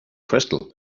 crystal